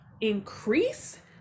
increase